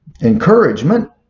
encouragement